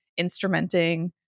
instrumenting